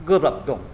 गोब्राब दं